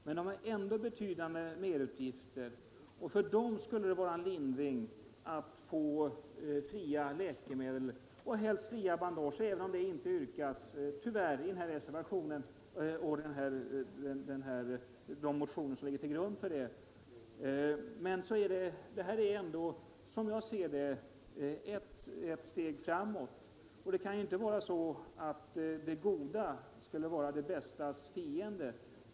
Men de har ändå betydande merutgifter, och för dem skulle det vara en lättnad att få fria läkemedel och helst fria bandage. Även om det tyvärr inte yrkas i reservationen och i de motioner som ligger till grund för reservationen är den ändå ett steg framåt. Det får inte vara så att det bästa är det godas fiende.